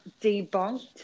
Debunked